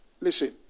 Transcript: listen